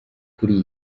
kuri